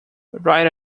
write